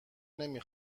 نمی